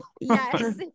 Yes